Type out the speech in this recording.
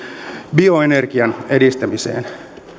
bioenergian edistämiseen